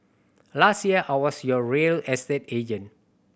last year I was your real estate agent